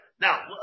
Now